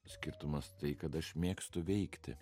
skirtumas tai kad aš mėgstu veikti